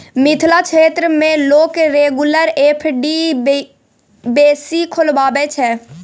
मिथिला क्षेत्र मे लोक रेगुलर एफ.डी बेसी खोलबाबै छै